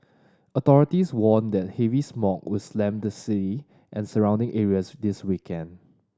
authorities warned that heavy smog would slam the city and surrounding areas this weekend